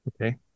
Okay